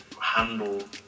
handle